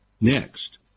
Next